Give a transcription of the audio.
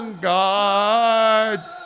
God